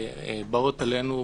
שבאות אלינו ביומיום.